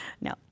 no